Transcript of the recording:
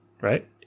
right